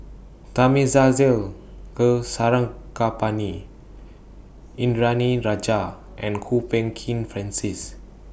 Thamizhavel Go Sarangapani Indranee Rajah and Kwok Peng Kin Francis